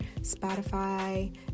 Spotify